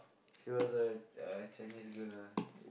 she was a a Chinese girl ah